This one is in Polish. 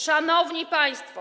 Szanowni Państwo!